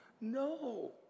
No